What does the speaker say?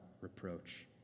reproach